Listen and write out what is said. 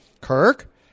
Kirk